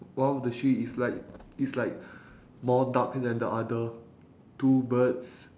one of the tree is like is like more darker than the other two birds